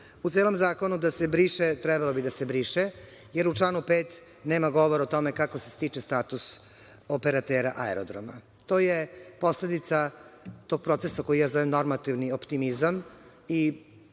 u celom zakonu da se briše, trebalo bi da se briše, jer u članu 5. nema govora o tome kako se stiče status operatera aerodroma. To je posledica tog procesa koji ja zovem normativni optimizam